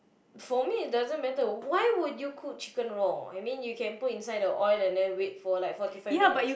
for me it doesn't matter why would you cook chicken raw I mean you could put instead the oil and then wait for like forty five minutes